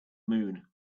moon